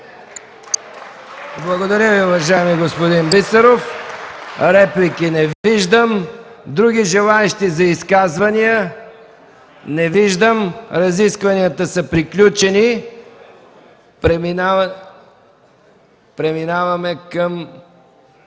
Благодаря Ви, уважаеми господин Бисеров. Реплики не виждам. Други желаещи за изказване? Не виждам. Разискванията са приключени. Преминаваме към